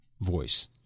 voice